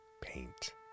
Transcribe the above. Paint